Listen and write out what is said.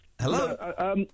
Hello